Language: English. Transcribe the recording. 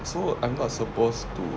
so I'm not supposed to